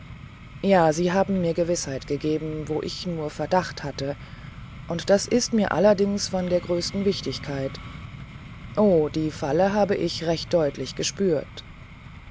ja sie haben mir gewißheit gegeben wo ich nur verdacht hatte und das ist mir allerdings von der größten wichtigkeit o die falle habe ich recht deutlich verspürt